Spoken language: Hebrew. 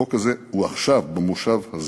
החוק הזה הוא עכשיו, במושב הזה.